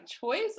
choice